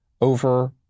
over